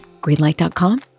Greenlight.com